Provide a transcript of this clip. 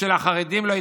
ואני